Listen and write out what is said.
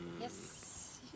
Yes